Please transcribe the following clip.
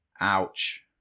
Ouch